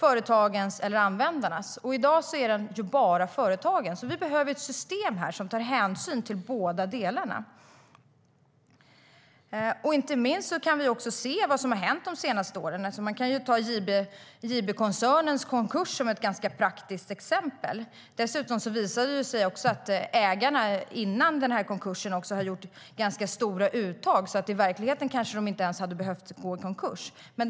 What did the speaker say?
Företagens eller användarnas? I dag är den bara företagens. JB-koncernens konkurs är ett praktiskt exempel. Dessutom visade det sig att ägarna innan konkursen gjorde stora uttag. I verkligheten hade de kanske inte ens behövt gå i konkurs.